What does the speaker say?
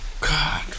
God